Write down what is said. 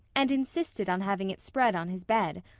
and insisted on having it spread on his bed,